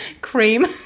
cream